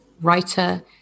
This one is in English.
writer